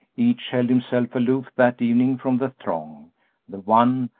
each held himself aloof that evening from the throng the one,